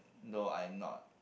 though I am not